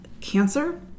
Cancer